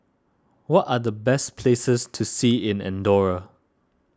what are the best places to see in the andorra